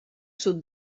sud